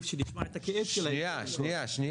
שנשמע את הכאב שלהם --- שניה חבר'ה,